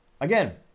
Again